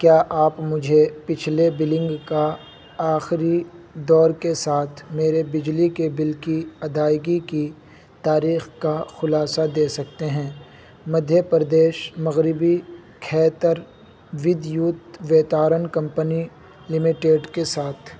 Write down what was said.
کیا آپ مجھے پچھلے بلنگ کا آخری دور کے ساتھ میرے بجلی کے بل کی ادائیگی کی تاریخ کا خلاصہ دے سکتے ہیں مدھیہ پردیش مغربی کھیتر ودیوت ویتارن کمپنی لمیٹڈ کے ساتھ